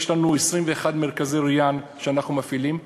יש לנו 21 מרכזי "ריאן" שאנחנו מפעילים,